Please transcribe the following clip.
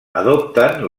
adopten